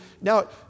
Now